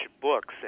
books